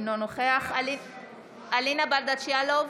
אינו נוכח אלינה ברדץ' יאלוב,